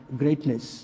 greatness